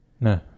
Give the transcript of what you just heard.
No